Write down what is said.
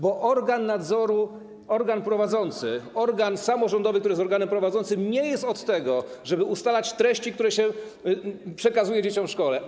Bo organ nadzoru, organ prowadzący, organ samorządowy, który jest organem prowadzącym, nie jest od tego, żeby ustalać treści, które się przekazuje dzieciom w szkole.